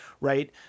Right